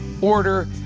order